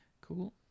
cool